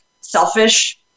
selfish